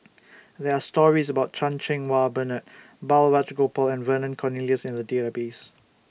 There Are stories about Chan Cheng Wah Bernard Balraj Gopal and Vernon Cornelius in The Database